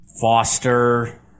Foster